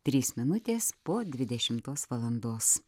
trys minutės po dvidešimtos valandos